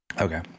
okay